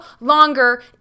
longer